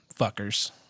Fuckers